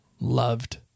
loved